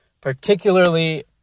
particularly